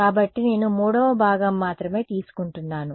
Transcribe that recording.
కాబట్టి నేను 3వ భాగం మాత్రమే తీసుకుంటున్నాను